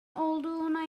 olduğuna